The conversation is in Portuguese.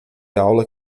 aula